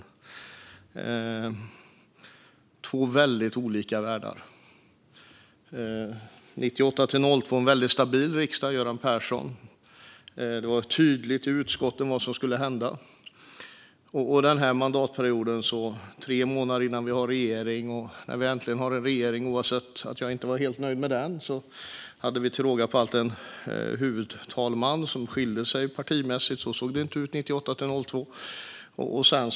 Det är två väldigt olika världar. Åren 1998-2002, under Göran Perssons tid, var det en väldigt stabil riksdag. Det var tydligt vad som skulle hända i utskotten. Den här mandatperioden dröjde det tre månader innan vi hade en regering. När vi äntligen hade en regering, även om jag inte var helt nöjd med den, hade vi till råga på allt en huvudtalman som skilde sig partimässigt. Så såg det inte ut 1998-2002.